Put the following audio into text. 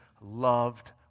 loved